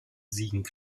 sieg